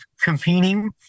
competing